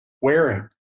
wearing